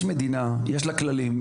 יש מדינה יש לה כללים,